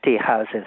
houses